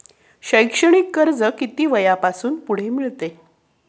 शैक्षणिक कर्ज किती वयापासून पुढे मिळते?